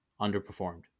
underperformed